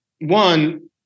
one